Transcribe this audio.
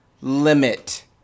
limit